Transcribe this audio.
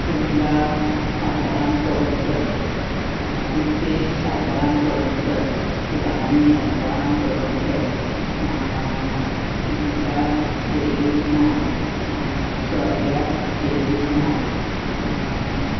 Kunda Shantaram Chodankar Diptesh Shantaram Chodankar Shibani Shantaram Chodankar Sitika Shailesh Naik Shaurya Shailesh Naik